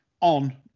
on